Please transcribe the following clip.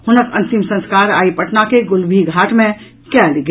हुनक अंतिम संस्कार आई पटना के गुलबी घाट मे कयल गेल